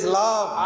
love